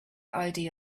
idea